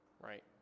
right